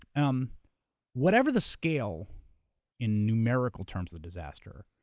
um whatever the scale in numerical terms of disaster,